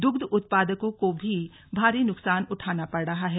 दुग्ध उत्पादकों को भी भारी नुकसान उठाना पड़ रहा है